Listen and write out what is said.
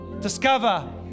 discover